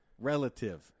Relative